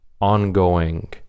ongoing